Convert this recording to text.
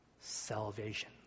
salvation